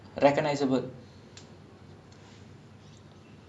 ya ya eh that [one] cannot argue also ivy league is one of the best already